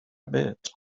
bit